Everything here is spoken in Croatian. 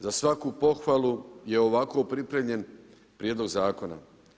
Za svaku pohvalu je ovako pripremljen prijedlog zakona.